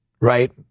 right